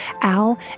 Al